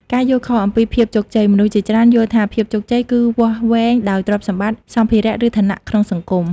ការយល់ខុសអំពីភាពជោគជ័យ មនុស្សជាច្រើនយល់ថាភាពជោគជ័យគឺវាស់វែងដោយទ្រព្យសម្បត្តិ សម្ភារៈ ឬឋានៈក្នុងសង្គម ។